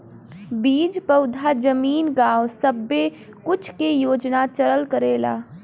बीज पउधा जमीन गाव सब्बे कुछ के योजना चलल करेला